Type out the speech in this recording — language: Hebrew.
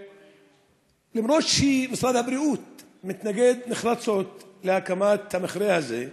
למרות שמשרד הבריאות מתנגד נחרצות להקמת המכרה הזה,